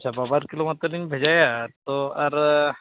ᱟᱪᱪᱷᱟ ᱵᱟᱼᱵᱟᱨ ᱠᱤᱞᱳ ᱢᱟᱛᱚ ᱞᱤᱧ ᱵᱷᱮᱡᱟᱭᱟ ᱛᱚ ᱟᱨ